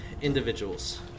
individuals